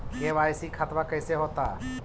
KYC खतबा कैसे होता?